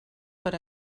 per